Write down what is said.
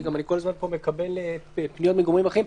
כי אני כל הזמן מקבל פה פניות מגורמים אחרים,